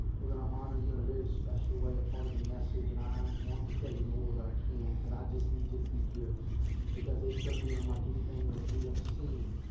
we're gonna honor you in a very special way, a part of the message. and i want to tell you more. but i can't. but i just need you to be here because it's gonna be unlike anything that we have seen.